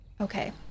Okay